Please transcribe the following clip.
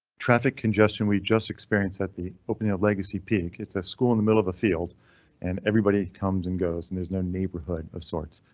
traffic congestion we just experienced at the opening of legacy peak. it's a school in the middle of a field and everybody comes and goes and there's no neighborhood of sorts.